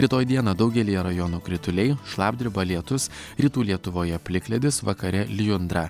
rytoj dieną daugelyje rajonų krituliai šlapdriba lietus rytų lietuvoje plikledis vakare lijundra